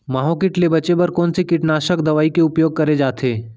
माहो किट ले बचे बर कोन से कीटनाशक दवई के उपयोग करे जाथे?